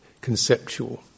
conceptual